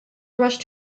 rushed